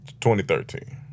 2013